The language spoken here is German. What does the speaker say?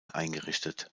eingerichtet